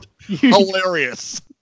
Hilarious